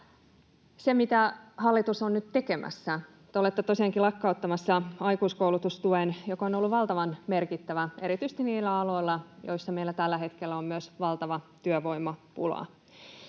Se, mitä hallitus on nyt tekemässä: Te olette tosiaankin lakkauttamassa aikuiskoulutustuen, joka on ollut valtavan merkittävä erityisesti niillä aloilla, joilla meillä tällä hetkellä on myös valtava työvoimapula.